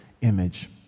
image